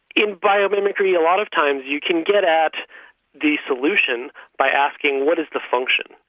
in biomimicry a lot of times you can get at the solution by asking what is the function?